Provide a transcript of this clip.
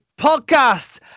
podcast